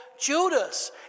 Judas